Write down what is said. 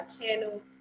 channel